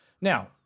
now